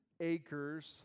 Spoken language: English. acres